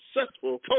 successful